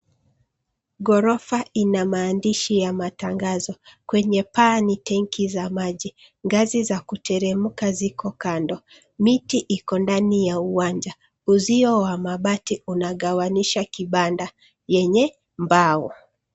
Ghorofa ina maandishi ya matangazo ,kwenye paa ni tenki za maji, ngazi za kuteremka ziko kando. Miti iko ndani ya uwanja. Uzio wa mabati unagawanisha kibanda yenye mbao.